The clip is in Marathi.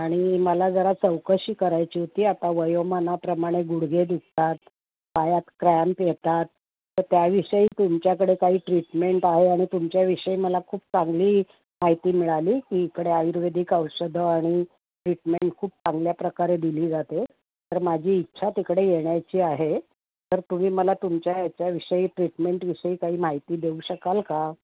आणि मला जरा चौकशी करायची होती आता वयोमानाप्रमाणे गुडघे दुखतात पायात क्रॅम्प येतात तर त्याविषयी तुमच्याकडे काही ट्रीटमेंट आहे आणि तुमच्याविषयी मला खूप चांगली माहिती मिळाली की इकडे आयुर्वेदिक औषधं आणि ट्रीटमेंट खूप चांगल्या प्रकारे दिली जाते तर माझी इच्छा तिकडे येण्याची आहे तर तुम्ही मला तुमच्या याच्याविषयी ट्रीटमेंटविषयी काही माहिती देऊ शकाल का